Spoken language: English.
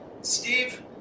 Steve